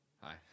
Hi